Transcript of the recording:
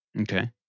Okay